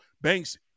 Banks –